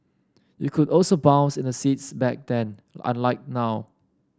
you could also bounce in the seats back then unlike now